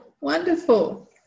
wonderful